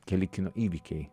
keli kino įvykiai